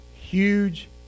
huge